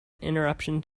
interruption